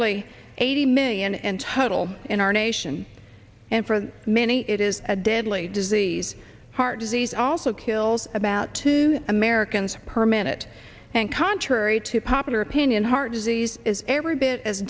nearly eighty million in total in our nation and for many it is a deadly disease heart disease also kills about two americans per minute and contrary to popular opinion heart disease is every bit as